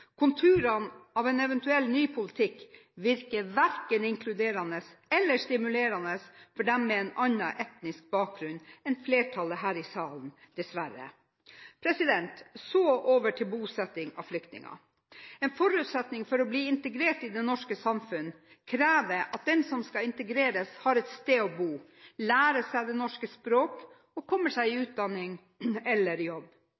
Konturene av en eventuell ny politikk virker verken inkluderende eller stimulerende for dem med en annen etnisk bakgrunn enn flertallet her i salen, dessverre. Så over til bosetting av flyktninger. En forutsetning for å bli integrert i det norske samfunn er at den som skal integreres, har et sted å bo, lærer seg det norske språk, og kommer seg i utdanning eller jobb.